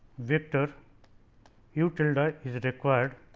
vector u tilde ah is required